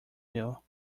new